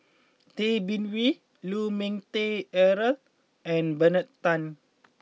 Tay Bin Wee Lu Ming Teh Earl and Bernard Tan